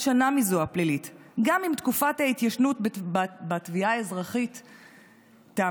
שנה מזו הפלילית גם אם תקופת ההתיישנות בתביעה האזרחית תמה.